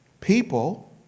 people